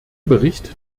bericht